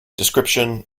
description